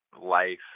life